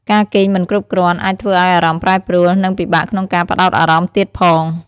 ការគេងមិនគ្រប់គ្រាន់អាចធ្វើឲ្យអារម្មណ៍ប្រែប្រួល និងពិបាកក្នុងការផ្តោតអារម្មណ៍ទៀតផង។